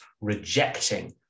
rejecting